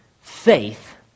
faith